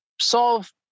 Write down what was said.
solve